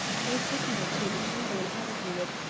for a second or two the chamberlain hesitated,